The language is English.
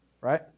right